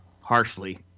harshly